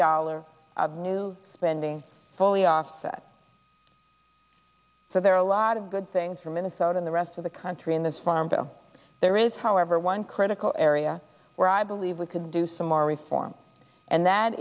dollar of new spending fully offset so there are a lot of good things for minnesota in the rest of the country in this farm bill there is however one critical area where i believe we could do some more reform and that